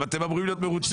אבל אתם אמורים להיות מרוצים.